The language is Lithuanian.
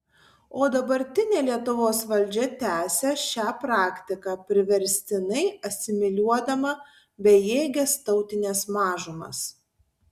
o dabartinė lietuvos valdžia tęsia šią praktiką priverstinai asimiliuodama bejėges tautines mažumas